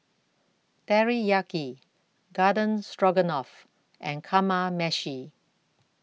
Teriyaki Garden Stroganoff and Kamameshi